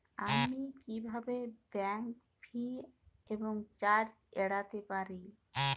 আমি কিভাবে bank fee এবং চার্জ এড়াতে পারি?